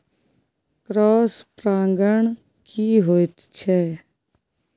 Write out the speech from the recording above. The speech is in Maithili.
क्रॉस परागण की होयत छै?